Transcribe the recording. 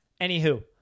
anywho